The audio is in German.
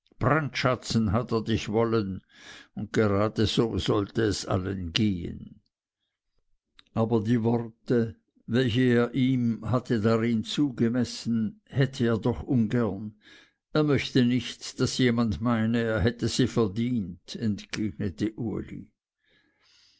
brandschatzen hat er dich wollen und gerade so sollte es allen gehen aber die worte welche er ihm hätte drin zugemessen hätte er doch ungern er möchte nicht daß jemand meine er hätte sie verdient entgegnete uli